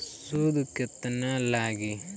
सूद केतना लागी?